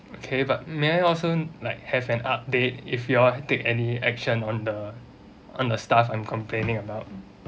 okay but may I also like have an update if you all take any action on the on the staff I'm complaining about